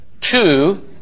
two